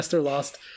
lost